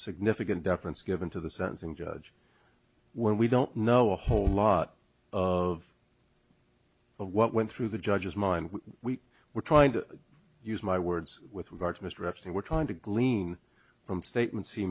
significant difference given to the sentencing judge when we don't know a whole lot of what went through the judge's mind when we were trying to use my words with regard to mr epstein we're trying to glean from statements he